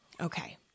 Okay